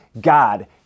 God